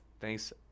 Thanks